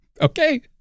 Okay